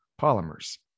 Polymers